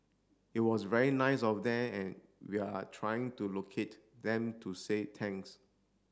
it was very nice of them and we are trying to locate them to say thanks